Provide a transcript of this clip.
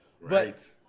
Right